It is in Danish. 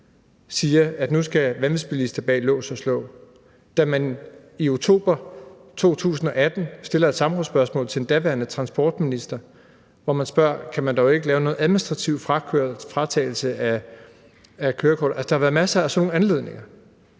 man, at nu skulle vanvidsbilister bag lås og slå, og i oktober 2018 stillede man et samrådsspørgsmål til den daværende transportminister, hvor man spurgte: Kan vi dog ikke lave en administrativ fratagelse af kørekortet? Altså, der har været masser af sådan nogle anledninger.